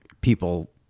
people